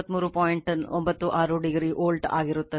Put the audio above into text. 96 degree volt ಆಗಿರುತ್ತದೆ